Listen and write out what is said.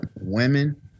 Women